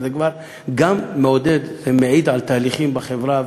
וזה גם מעיד על תהליכים בחברה,